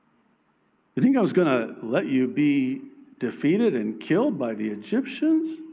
you think i was going to let you be defeated and killed by the egyptians?